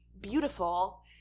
Beautiful